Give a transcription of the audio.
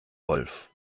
wolf